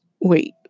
Wait